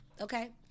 Okay